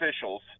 officials